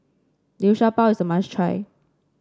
Liu Sha Bao is a must try